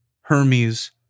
Hermes